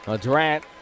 Durant